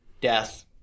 death